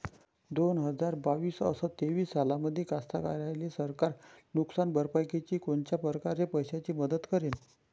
दोन हजार बावीस अस तेवीस सालामंदी कास्तकाराइले सरकार नुकसान भरपाईची कोनच्या परकारे पैशाची मदत करेन?